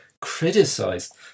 Criticized